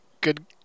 good